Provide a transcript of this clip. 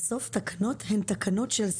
בסוף תקנות הן תקנות של שר.